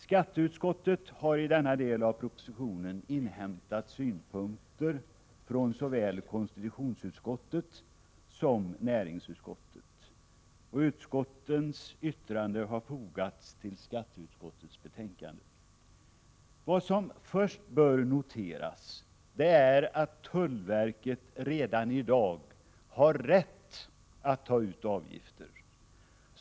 Skatteutskottet har i fråga om denna del av propositionen inhämtat synpunkter från såväl konstitutionsutskottet som näringsutskottet, och utskottens yttranden har fogats till skatteutskottets betänkande. Vad som först bör noteras är att tullverket redan i dag har rätt att ta ut avgifter.